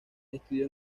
estudió